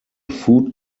food